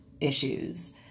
issues